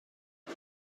què